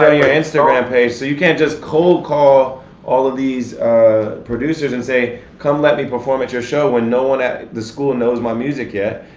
ah your instagram page so you can't just cold call all of these ah producers, and say, come let me perform at your show, when no one at the school knows my music yet.